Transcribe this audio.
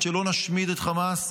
עד שלא נשמיד את חמאס,